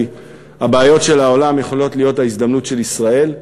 כי הבעיות של העולם יכולות להיות ההזדמנות של ישראל.